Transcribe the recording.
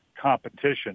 competition